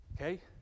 okay